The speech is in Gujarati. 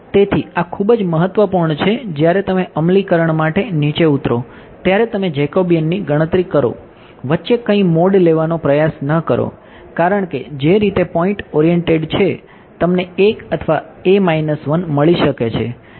તેથી આ ખૂબ જ મહત્વપૂર્ણ છે જ્યારે તમે અમલીકરણ છે તમને 1 અથવા a 1 મળી શકે છે